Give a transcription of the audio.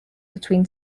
between